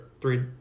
three